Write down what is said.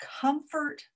comfort